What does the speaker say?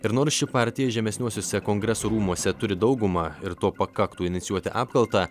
ir nors ši partija žemesniuosiuose kongresų rūmuose turi daugumą ir to pakaktų inicijuoti apkaltą